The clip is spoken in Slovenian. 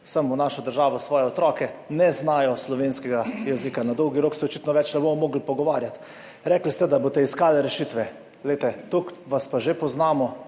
sem v našo državo svoje otroke, ne znajo slovenskega jezika. Na dolgi rok se očitno več ne bomo mogli pogovarjati. Rekli ste, da boste iskali rešitve. Glejte, toliko vas pa že poznamo,